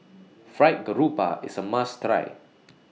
Fried Garoupa IS A must Try